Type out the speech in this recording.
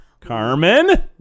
Carmen